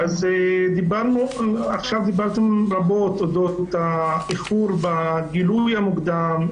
אז דיברנו עכשיו רבות אודות האיחור בגילוי המוקדם,